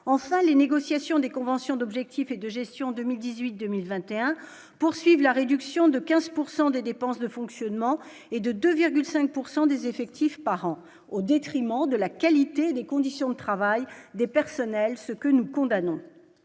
enfin les négociations des conventions d'objectifs et de gestion 2018, 2021 poursuivent la réduction de 15 pourcent des dépenses de fonctionnement et de 2 5 pourcent des effectifs par an au détriment de la qualité des conditions de travail des personnels, ce que nous condamnons,